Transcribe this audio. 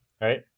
right